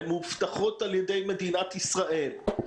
הם מאובטחים על ידי מדינת ישראל,